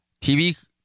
TV